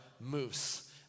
moose